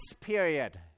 period